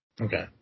Okay